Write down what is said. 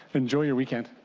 but enjoy your weekend.